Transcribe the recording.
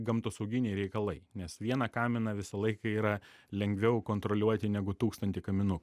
gamtosauginiai reikalai nes vieną kaminą visą laiką yra lengviau kontroliuoti negu tūkstantį kaminų